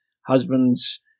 husbands